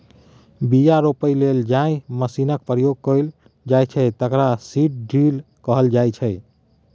बीया रोपय लेल जाहि मशीनक प्रयोग कएल जाइ छै तकरा सीड ड्रील कहल जाइ छै